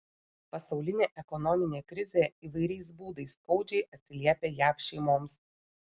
pasaulinė ekonominė krizė įvairiais būdais skaudžiai atsiliepia jav šeimoms